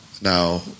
now